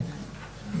כן.